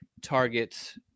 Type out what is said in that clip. targets